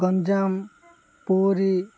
Ganjam Puri